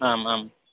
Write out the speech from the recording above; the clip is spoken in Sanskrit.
आम् आं